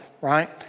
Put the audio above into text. right